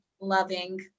loving